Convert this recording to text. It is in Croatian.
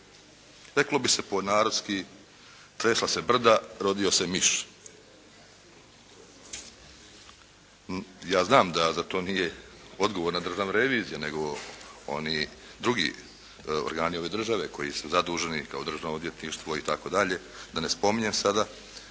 Reklo bi se po narodski tresla se brda, rodio se miš. Ja znam da to nije odgovorna Državna revizija, nego oni drugi organi ove države koji su zaduženi kao Državno odvjetništvo itd., da ne spominjem sada,